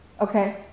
Okay